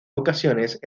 ocasiones